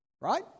Right